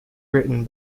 written